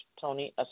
Tony